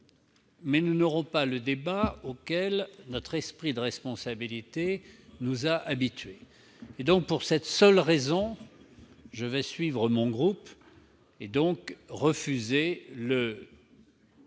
mais nous n'aurons pas le débat auquel notre esprit de responsabilité nous a habitués. C'est pour cette seule raison que je vais suivre l'avis de mon groupe et refuser la